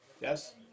yes